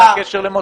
מה הקשר למוצאו?